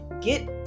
get